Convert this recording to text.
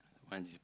once